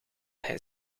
hij